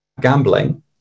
gambling